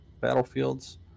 battlefields